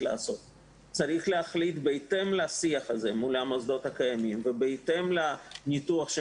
צריך להחליט בהתאם לשיח הזה מול המוסדות הקיימים ובהתאם הניתוח של